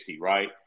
right